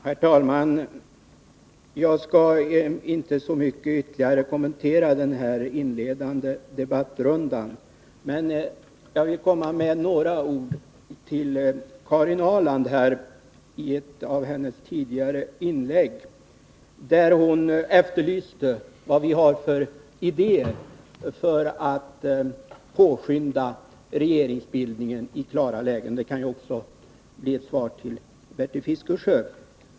Herr talman! Jag skall inte så mycket ytterligare kommentera denna inledande debattrunda, men jag vill säga några ord till Karin Ahrland med anledning av ett av hennes tidigare inlägg, där hon efterlyste vad vi socialdemokrater har för idéer för att påskynda regeringsbildningen i klara lägen. Det kan ju också bli ett svar till Bertil Fiskesjö.